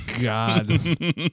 God